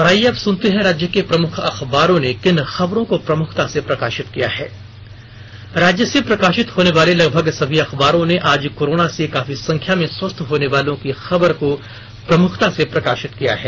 और आईये अब सुनते हैं राज्य के प्रमुख अखबारों ने किन खबरों को प्रमुखता से प्रकाशित किया है राज्य से प्रकाशित होने वाले लगभग सभी अखबारों ने आज कोरोना से काफी संख्या में स्वस्थ होनेवालों की खबर को प्रमुखता से प्रकाशित किया है